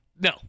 No